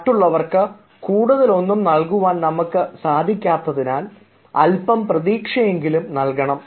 മറ്റുള്ളവർക്ക് കൂടുതലൊന്നും നൽകുവാൻ നമുക്ക് സാധിക്കാത്തതിനാൽ അല്പം പ്രതീക്ഷ എങ്കിലും നൽകണം